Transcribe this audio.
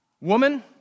Woman